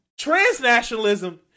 transnationalism